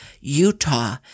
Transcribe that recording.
Utah